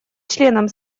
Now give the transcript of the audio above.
членам